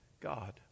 God